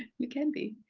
you can be.